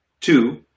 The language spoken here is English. Two